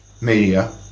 media